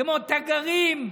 כמו תגרנים.